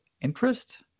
interest